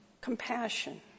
compassion